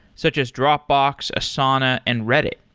such as dropbox, asana and reddit.